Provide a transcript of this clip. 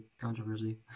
controversy